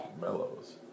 Mellows